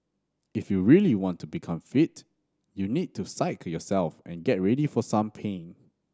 if you really want to become fit you need to psyche yourself and get ready for some pain